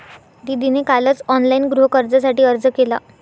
दीदीने कालच ऑनलाइन गृहकर्जासाठी अर्ज केला